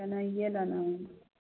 पेनहैए लऽ ने